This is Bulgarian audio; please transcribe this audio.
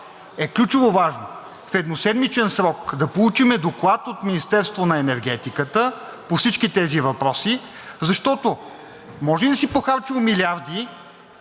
е ключово важно в едноседмичен срок да получим доклад от Министерството на енергетиката по всички тези въпроси, защото може ли да си похарчил милиарди